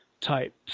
type